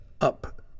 up